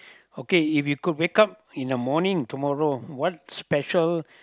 okay if you could wake up in the morning tomorrow what's special